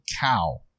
cow